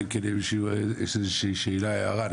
אלא אם כן למישהו יש איזושהי שאלה או הערה.